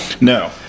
No